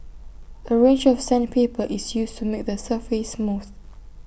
A range of sandpaper is used to make the surface smooth